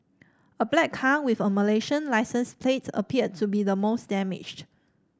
a black car with a Malaysian licence plate appeared to be the most damaged